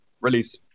release